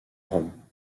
rome